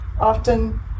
often